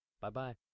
Bye-bye